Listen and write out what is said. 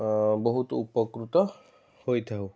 ଅ ବହୁତ ଉପକୃତ ହୋଇଥାଉ